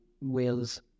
Wales